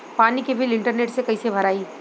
पानी के bill internet से कइसे भराई?